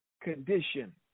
condition